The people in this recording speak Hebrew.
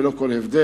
ללא כל הבדל?